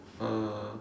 uh